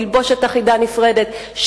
תלבושת אחידה נפרדת,